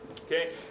Okay